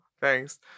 Thanks